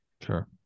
Sure